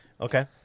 Okay